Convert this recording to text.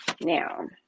Now